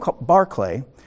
Barclay